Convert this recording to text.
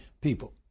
people